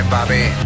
Bobby